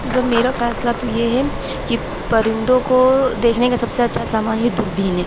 مطلب میرا فیصلہ تو یہ ہے کہ پرندوں کو دیکھنے کا سب سے اچھا سامان یہ دوربین ہے